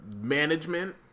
management